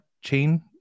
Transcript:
chain